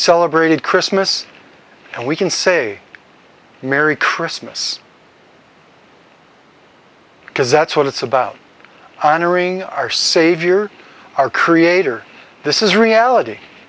celebrated christmas and we can say merry christmas because that's what it's about honoring our savior our creator this is reality